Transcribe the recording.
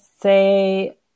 say